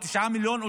או תשעה מיליון,